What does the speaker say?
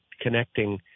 connecting